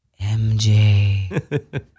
MJ